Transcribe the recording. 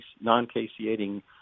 non-caseating